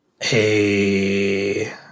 Hey